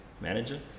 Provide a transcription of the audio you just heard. manager